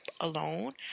alone